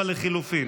לחלופין,